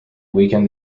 weaken